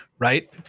Right